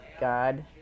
God